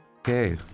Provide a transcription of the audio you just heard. Okay